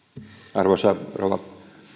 arvoisa rouva